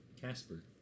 Casper